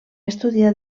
estudiar